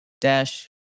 dash